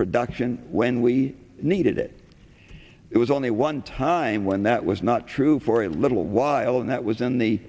production when we needed it it was only one time when that was not true for a little while and that was in the